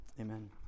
Amen